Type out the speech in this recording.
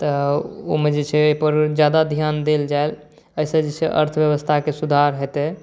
ओहिमे जे छै जादा ध्यान देल जाय जाहिसॅं छै अर्थव्यवस्थाके सुधार हेतै